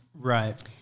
Right